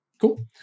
Cool